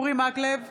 אורי מקלב,